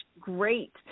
great